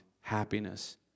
Happiness